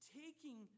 taking